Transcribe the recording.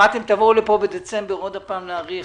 תבואו לכאן בדצמבר שוב כדי להאריך?